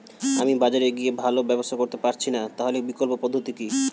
আমি বাজারে গিয়ে ভালো ব্যবসা করতে পারছি না তাহলে বিকল্প পদ্ধতি কি?